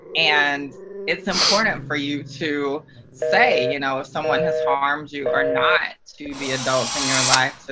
and it's important for you to say you know if someone has harmed you or not, to the adults in your life, so